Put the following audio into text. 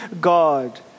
God